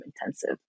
intensive